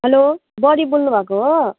hello बढी बोल्नु भएको हो